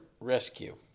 rescue